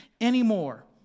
anymore